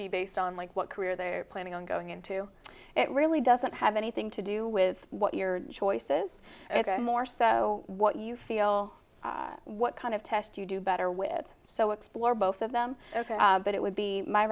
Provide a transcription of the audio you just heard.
be based on like what career they're planning on going into it really doesn't have anything to do with what your choices are more so what you feel what kind of test you do better with so explore both of them but it would be my